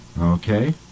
Okay